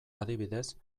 adibidez